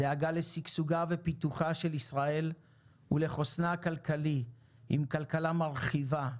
דאגה לשגשוגה ופיתוחה של ישראל ולחוסנה הכלכלי עם כלכלה מרחיבה,